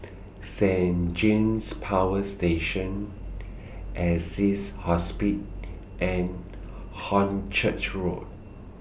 Saint James Power Station Assisi Hospice and Hornchurch Road